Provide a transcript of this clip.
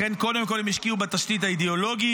לכן קודם כול הם השקיעו בתשתית האידיאולוגית,